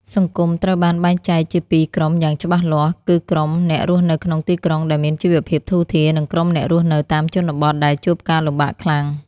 សង្គមត្រូវបានបែងចែកជាពីរក្រុមយ៉ាងច្បាស់លាស់ គឺក្រុមអ្នករស់នៅក្នុងទីក្រុងដែលមានជីវភាពធូរធារ និងក្រុមអ្នករស់នៅតាមជនបទដែលជួបការលំបាកខ្លាំង។